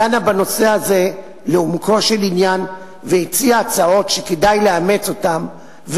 דנה בנושא זה לעומקו של עניין והציעה הצעות שכדאי לאמץ אותן,